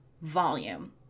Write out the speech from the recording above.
volume